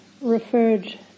referred